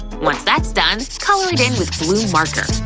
once that's done, color it in with a blue marker.